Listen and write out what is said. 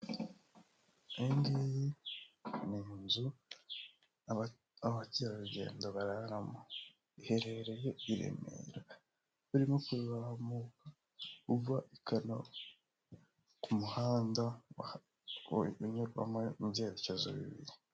Iyi ngiyi ni inzu abakerarugendo bararamo, iherereye i Remera barimo kuzamuka uva Kanombe ku muhanda unyurwamo mu byerekezo bibiri.